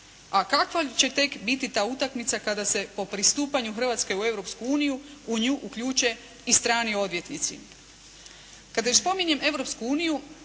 a kakva će tek biti ta utakmica kada se po pristupanju Hrvatske u Europsku uniju u nju uključe i strani odvjetnici. Kad već spominjem